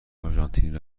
آرژانتین